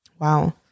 Wow